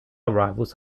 arrivals